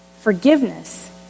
Forgiveness